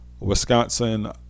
Wisconsin